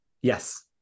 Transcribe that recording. Yes